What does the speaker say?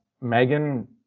Megan